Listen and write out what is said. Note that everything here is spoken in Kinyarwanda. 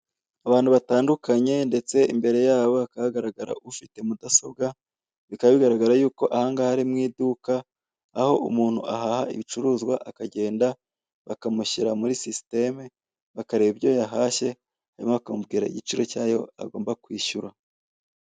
Abantu batandukanye ndetse imbere yabo hakaba hagaragara ufite mudasobwa, bikaba bigaragara yuko aha ngaha ari mu iduka aho umuntu ahaha ibicuruzwa, akagenda bakamushyira muri system bakareba ibyo yahashye hanyuma bakamubwira igiciro cy'ayo agomba kwishyura.